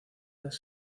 las